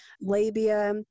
labia